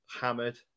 Hammered